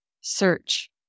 Search